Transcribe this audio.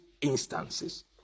instances